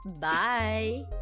bye